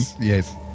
Yes